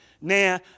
now